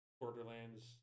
Borderlands